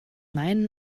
meinen